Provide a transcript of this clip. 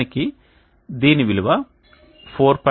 నిజానికి దీని వెలువ 4